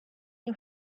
you